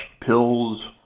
pills